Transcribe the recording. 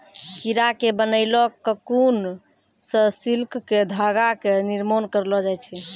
कीड़ा के बनैलो ककून सॅ सिल्क के धागा के निर्माण करलो जाय छै